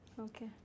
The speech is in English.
Okay